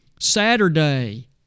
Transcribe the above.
Saturday